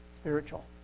spiritual